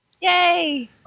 Yay